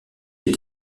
est